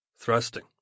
thrusting